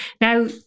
Now